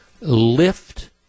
lift